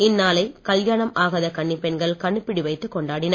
இந்நாளை கல்யாணம் ஆகாத கன்னிப் பெண்கள் கனுப்பிடி வைத்து கொண்டாடினர்